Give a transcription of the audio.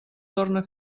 torna